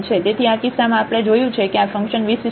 તેથી આ કિસ્સામાં આપણે જોયું છે કે આ ફંકશન વિશિષ્ટ છે